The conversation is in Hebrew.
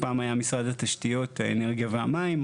פעם היה משרד התשתיות, האנרגיה והמים.